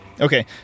Okay